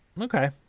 Okay